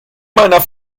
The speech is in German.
meiner